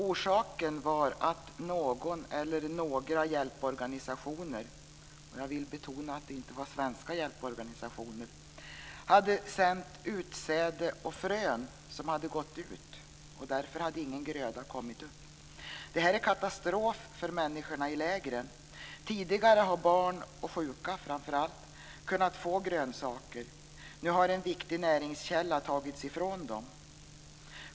Orsaken var att någon eller några hjälporganisationer - jag vill betona att det inte var svenska hjälporganisationer - hade sänt utsäde och frön för vilka förbrukningsdatumet hade gått ut, och därför hade ingen gröda kommit upp. Det här är katastrof för människorna i lägren. Tidigare har framför allt barn och sjuka kunnat få grönsaker. Nu har en viktig näringskälla tagits ifrån dem.